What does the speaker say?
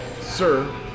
Sir